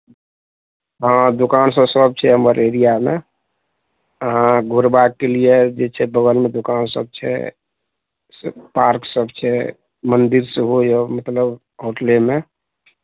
हँ दोकानसभ छै हमर एरियामे अहाँ घुरबाके लिए जे छै बगलमे दोकानसभ छै पार्कसभ छै मन्दिर सेहो यए मतलब होटलेमे